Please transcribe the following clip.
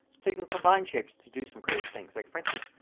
so you can combine shapes to do some creative things. like for instance,